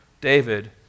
David